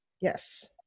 Yes